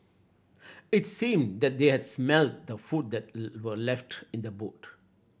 it seemed that they had smelt the food that were left in the boot